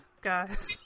guys